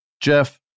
Jeff